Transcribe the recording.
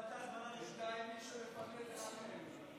בינתיים מי שמפנה זה רק הימין.